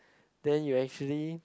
then you actually